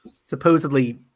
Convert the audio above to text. supposedly